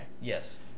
Yes